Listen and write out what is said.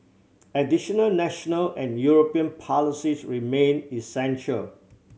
additional national and European policies remain essential